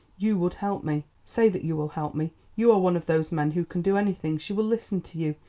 you would help me. say that you will help me! you are one of those men who can do anything she will listen to you.